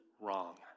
wrong